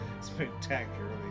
spectacularly